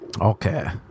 okay